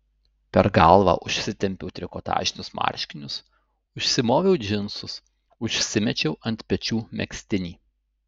per galvą užsitempiau trikotažinius marškinius užsimoviau džinsus užsimečiau ant pečių megztinį